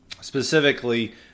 specifically